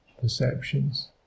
perceptions